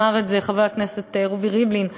אמר את זה חבר הכנסת רובי ריבלין,